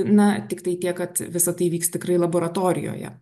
na tiktai tiek kad visa tai vyks tikrai laboratorijoje